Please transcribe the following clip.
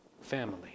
family